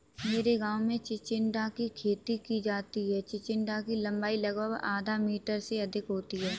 मेरे गांव में चिचिण्डा की खेती की जाती है चिचिण्डा की लंबाई लगभग आधा मीटर से अधिक होती है